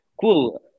Cool